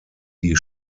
die